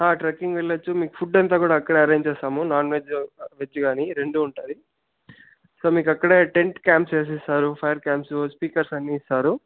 హా ట్రెక్కింగ్ వెళ్ళవచ్చు మీకు ఫుడ్ అంతా కూడా అక్కడే అరెంజ్ చేస్తాము నాన్ వెజ్ వెజ్ కాని రెండు ఉంటుంది సో మీకు అక్కడే టెంట్ క్యాంప్ చేసేస్తారు ఫైర్ క్యాంప్స్ స్పీకర్స్ అన్ని ఇస్తారు